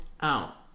out